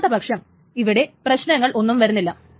അല്ലാത്ത പക്ഷം ഇവിടെ പ്രശ്നങ്ങൾ ഒന്നും വരുന്നില്ല